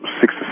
six